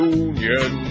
union